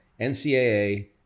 NCAA